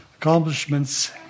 accomplishments